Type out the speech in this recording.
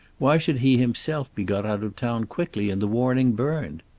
why should he himself be got out of town quickly and the warning burned?